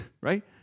Right